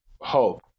hope